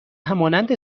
همانند